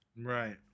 Right